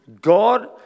God